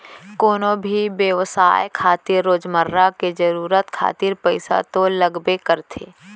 कोनो भी बेवसाय खातिर रोजमर्रा के जरुरत खातिर पइसा तो लगबे करथे